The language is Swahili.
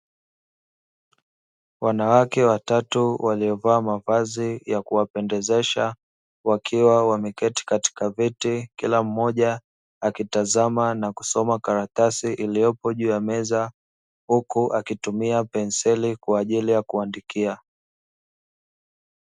Wanawake watatu waliovaa mavazi ya kuwapendezesha, wakiwa wameketi katika viti kila mmoja akitazama na kusoma karatasi iliyopo juu ya meza huku akitumia penseli kwaajili ya kuandikia.